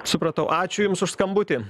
supratau ačiū jums už skambutį